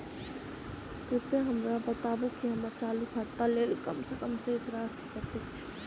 कृपया हमरा बताबू की हम्मर चालू खाता लेल कम सँ कम शेष राशि कतेक छै?